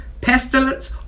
pestilence